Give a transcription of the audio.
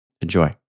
Enjoy